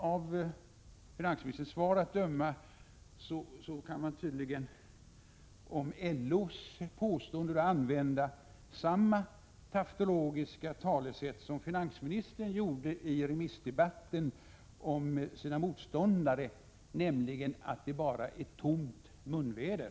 Av finansministerns svar att döma kan man om LO:s påstående använda samma tautologiska talesätt som finansministern använde om sina motståndare i remissdebatten den 7 november, nämligen att det bara är ”tomt munväder”.